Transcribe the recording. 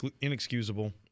inexcusable